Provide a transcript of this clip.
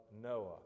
Noah